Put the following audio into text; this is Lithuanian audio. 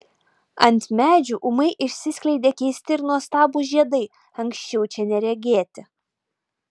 ant medžių ūmai išsiskleidė keisti ir nuostabūs žiedai anksčiau čia neregėti